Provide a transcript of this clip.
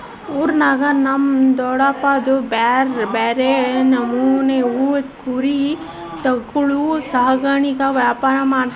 ಊರಾಗ ನಮ್ ದೊಡಪ್ನೋರ್ದು ಬ್ಯಾರೆ ಬ್ಯಾರೆ ನಮೂನೆವು ಕುರಿ ತಳಿಗುಳ ಸಾಕಾಣಿಕೆ ವ್ಯಾಪಾರ ಮಾಡ್ತಾರ